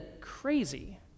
crazy